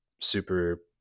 super